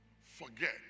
forget